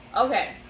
Okay